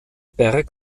berg